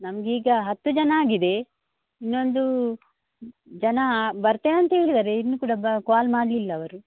ನಮ್ಗೆ ಈಗ ಹತ್ತು ಜನ ಆಗಿದೆ ಇನ್ನೊಂದು ಜನ ಬರ್ತೇನಂತ ಹೇಳಿದಾರೆ ಇನ್ನೂ ಕೂಡ ಬ ಕಾಲ್ ಮಾಡಲಿಲ್ಲ ಅವರು